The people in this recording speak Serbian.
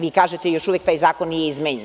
Vi kažete - još uvek taj zakon nije izmenjen.